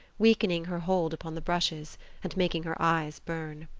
weakening her hold upon the brushes and making her eyes burn.